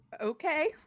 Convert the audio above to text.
Okay